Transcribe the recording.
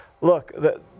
Look